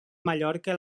mallorca